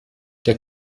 der